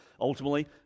ultimately